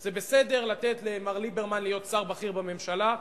זה בסדר לתת למר ליברמן להיות שר בכיר בממשלה,